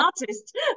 artist